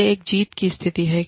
यह एक जीत की स्थिति है